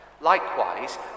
Likewise